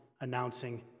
announcing